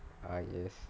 ah yes